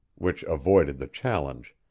which avoided the challenge,